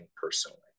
personally